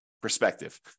Perspective